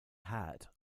hat